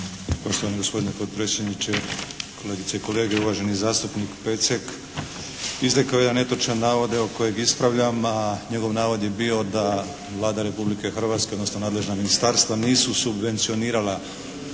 Poštovani gospodine potpredsjedniče, kolegice i kolege. Uvaženi zastupnik Pecek izrekao je jedan netočan navod evo kojeg ispravljam, a njegov navod je bio da Vlada Republike Hrvatske, odnosno nadležna ministarstva nisu subvencionirala